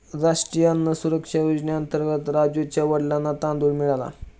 राष्ट्रीय अन्न सुरक्षा योजनेअंतर्गत राजुच्या वडिलांना तांदूळ मिळाला